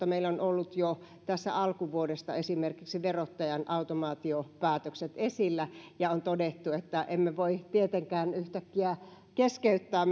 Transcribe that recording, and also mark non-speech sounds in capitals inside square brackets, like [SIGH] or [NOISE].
[UNINTELLIGIBLE] meillä ovat olleet jo tässä alkuvuodesta esimerkiksi verottajan automaatiopäätökset esillä ja on todettu että emme voi tietenkään yhtäkkiä keskeyttää [UNINTELLIGIBLE]